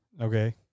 Okay